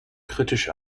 kritisch